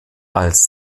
als